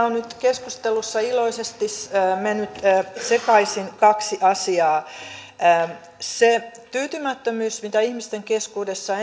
on nyt iloisesti mennyt sekaisin kaksi asiaa se tyytymättömyys energiatodistuksiin mitä ihmisten keskuudessa